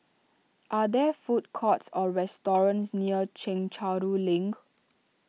are there food courts or restaurants near Chencharu Link